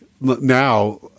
now